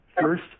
First